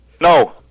No